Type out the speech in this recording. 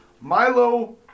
Milo